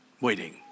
waiting